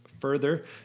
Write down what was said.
further